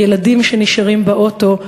הילדים שנשארים באוטו,